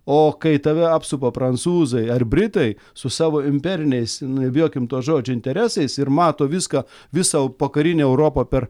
o kai tave apsupa prancūzai ar britai su savo imperiniais nebijokime to žodžio interesais ir mato viską visą pokarinę europą per